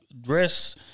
Dress